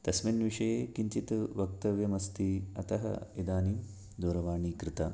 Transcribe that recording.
तस्मिन् विषये किञ्चित् वक्तव्यमस्ति अतः इदानीं दूरवाणी कृता